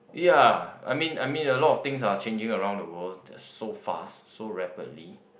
ya I mean I mean a lot of things are changing around the world that's so fast so rapidly